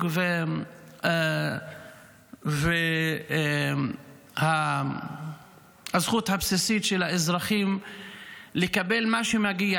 לייצוג ולזכות הבסיסית של האזרחים לקבל מה שמגיע